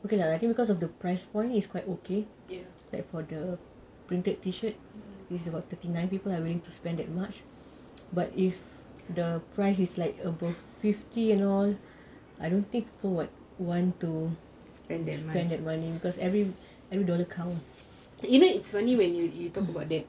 okay lah I think because of the price point is quite okay like for the printed t-shirt is about thirty nine people are willing to spend that much but if the price is like above fifty you know I don't think people would want to spend that money because every every dollar counts